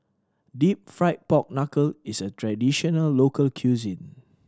Deep Fried Pork Knuckle is a traditional local cuisine